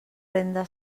renda